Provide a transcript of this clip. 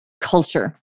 culture